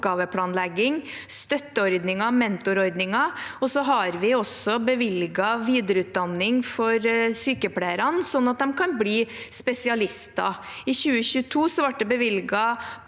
oppgaveplanlegging, med støtteordninger og mentorordninger. Vi har også bevilget penger til videreutdanning for sykepleierne, slik at de kan bli spesialister. I 2022 ble det bevilget